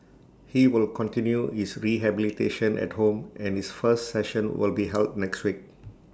he will continue his rehabilitation at home and his first session will be held next week